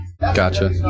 Gotcha